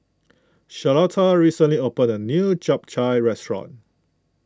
Charlotta recently opened a new Chap Chai restaurant